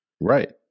Right